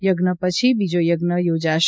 યજ્ઞો પછી બીજા યજ્ઞો યોજાશે